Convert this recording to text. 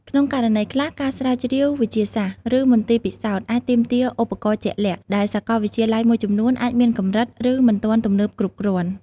ក្នុងករណីខ្លះ ការស្រាវជ្រាវវិទ្យាសាស្ត្រ ឬមន្ទីរពិសោធន៍អាចទាមទារឧបករណ៍ជាក់លាក់ ដែលសាកលវិទ្យាល័យមួយចំនួនអាចមានកម្រិត ឬមិនទាន់ទំនើបគ្រប់គ្រាន់។